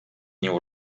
nią